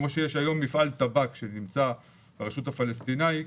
כמו שיש היום מפעל טבק שנמצא ברשות הפלסטינית,